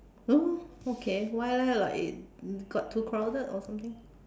oh okay why leh like it got too crowded or something